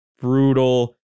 brutal